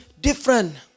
different